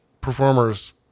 performers